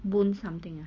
boon something ah